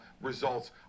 results